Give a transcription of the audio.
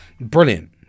Brilliant